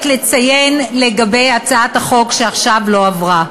לציין לגבי הצעת החוק שעכשיו לא עברה,